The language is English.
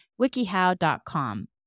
wikihow.com